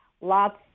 Lots